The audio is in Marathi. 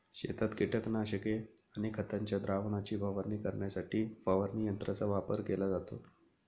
शेतात कीटकनाशके आणि खतांच्या द्रावणाची फवारणी करण्यासाठी फवारणी यंत्रांचा वापर केला जातो